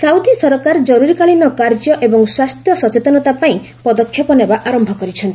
Saudi ସରକାର ଜରୁରୀକାଳୀନ କାର୍ଯ୍ୟ ଏବଂ ସ୍ୱାସ୍ଥ୍ୟ ସଚେତନତା ପାଇଁ ପଦକ୍ଷେପ ନେବା ଆରମ୍ଭ କରିଛନ୍ତି